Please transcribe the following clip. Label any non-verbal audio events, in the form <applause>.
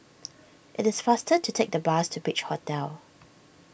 <noise> it is faster to take the bus to Beach Hotel